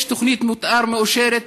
יש תוכנית מתאר מאושרת,